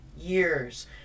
years